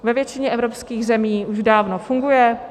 Ve většině evropských zemí už dávno funguje.